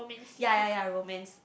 yea yea yea romance